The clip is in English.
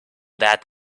that